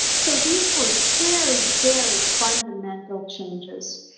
so these were very, very fundamental changes.